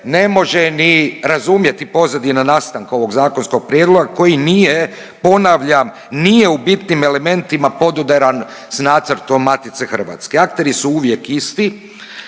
ne može ni razumjeti pozadina nastanka ovog zakonskog prijedloga koji nije, ponavljam, nije u bitnim elementima podudaran s nacrtom Matice Hrvatske, akteri su uvijek isti,